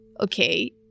okay